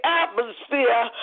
atmosphere